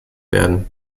werden